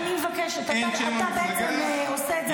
אין שם המפלגה,